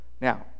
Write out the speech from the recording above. Now